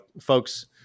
folks